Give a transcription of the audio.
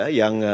yang